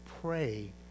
pray